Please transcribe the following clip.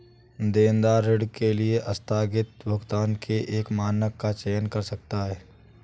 देनदार ऋण के आस्थगित भुगतान के एक मानक का चयन कर सकता है